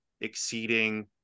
exceeding